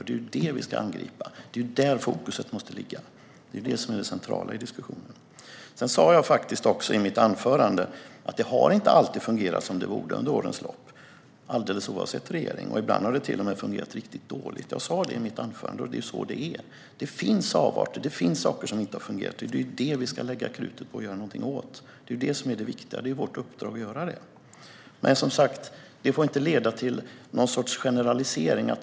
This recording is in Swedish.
Det är det vi ska angripa. Det är där fokus måste ligga, och det är det som är det centrala i diskussionen. Sedan sa jag i mitt anförande att det inte alltid har fungerat som det borde under årens lopp, alldeles oavsett regering. Ibland har det till och med fungerat riktigt dåligt. Jag sa det i mitt anförande, och det är ju så det är. Det finns avarter och saker som inte har fungerat. Det är det vi ska lägga krutet på att göra något åt. Det är det som är det viktiga och vårt uppdrag att göra. Som sagt, det får inte leda till någon sorts generalisering.